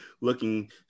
looking